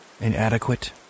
inadequate